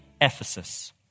Ephesus